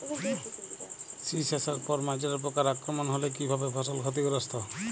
শীষ আসার পর মাজরা পোকার আক্রমণ হলে কী ভাবে ফসল ক্ষতিগ্রস্ত?